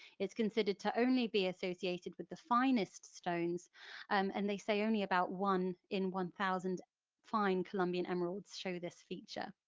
it's considered to only be associated with the finest stones um and they say only about one in one thousand fine colombian emeralds show this feature.